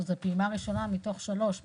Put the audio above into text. זו פעימה ראשונה מתוך שלוש,